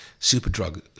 Superdrug